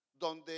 donde